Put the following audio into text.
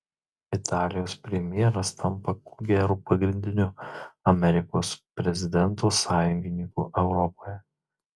italijos premjeras tampa ko gero pagrindiniu amerikos prezidento sąjungininku europoje